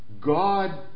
God